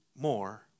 more